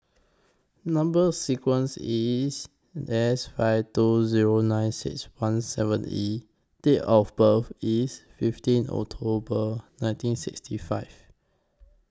Number sequence IS S five two Zero nine six one seven E Date of birth IS fifteen October nineteen sixty five